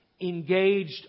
engaged